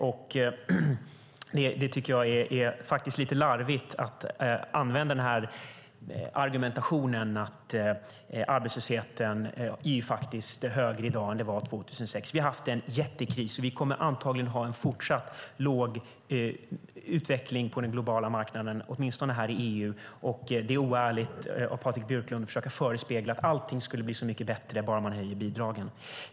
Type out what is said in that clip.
Jag tycker att det är lite larvigt att använda denna argumentation, alltså att arbetslösheten faktiskt är högre i dag än den var 2006. Vi har haft en jättekris, och vi kommer antagligen att ha en fortsatt svag utveckling på den globala marknaden, åtminstone här i EU. Det är oärligt av Patrik Björck att försöka förespegla att allt skulle bli så mycket bättre om man bara höjer bidragen.